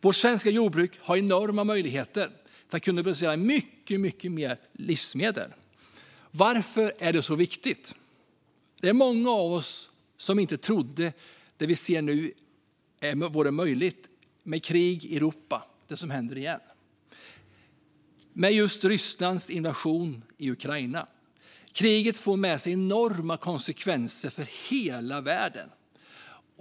Vårt svenska jordbruk har enorma möjligheter att producera mycket mer livsmedel. Varför är det så viktigt? Det är många av oss som inte trodde att det som vi nu ser var möjligt med krig i Europa igen i och med Rysslands invasion av Ukraina. Kriget för med sig enorma konsekvenser för hela världen.